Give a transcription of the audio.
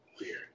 Weird